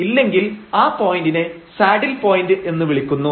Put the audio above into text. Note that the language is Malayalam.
ഇല്ലെങ്കിൽ ആ പോയന്റിനെ സാഡിൽ പോയന്റ് എന്ന് വിളിക്കുന്നു